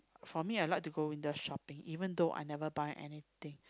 for me I like to go window shopping even though I never buy anything